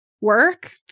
work